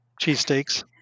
cheesesteaks